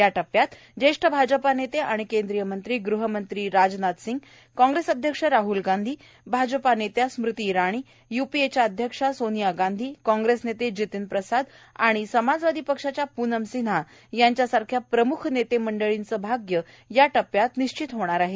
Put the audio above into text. या टप्प्यात ज्येष्ठ आजपा नेते आणि केंद्रीय मंत्री गृहमंत्री राजनाथ सिंग कॉग्रेस अध्यक्ष राहल गांधी आजपा नेत्या स्मृती इरानी यूपीए अध्यक्षा सोनिया गांधी कॉग्रेस नेते जितीन प्रसाद आणि समाजवादी पक्षाच्या प्नम सिन्हा यासारख्या प्रमुख नेते मंडळींचं भाग्य या टप्प्यात निश्चित होणार आहे